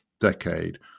decade